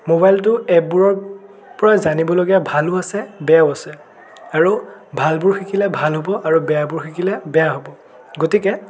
ম'বাইলতো এপবোৰৰপৰা জানিবলগীয়া ভালো আছে বেয়াও আছে আৰু ভালবোৰ শিকিলে ভাল হ'ব আৰু বেয়াবোৰ শিকিলে বেয়া হ'ব গতিকে